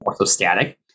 orthostatic